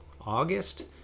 august